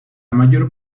mayor